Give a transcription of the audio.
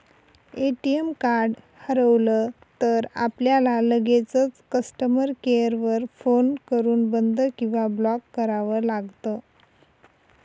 ATM card हरवलं तर, आपल्याला लगेचच कस्टमर केअर वर फोन करून बंद किंवा ब्लॉक करावं लागतं